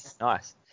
nice